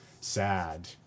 sad